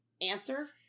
answer